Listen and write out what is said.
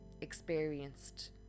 experienced